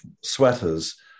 sweaters